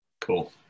Cool